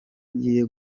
agiye